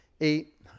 eight